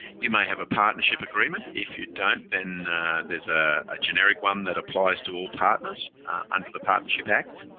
you may have a partnership agreement. if you don't, then there's ah a generic one that applies to all partners under the partnership act.